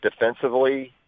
defensively